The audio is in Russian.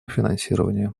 финансирования